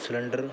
cylinder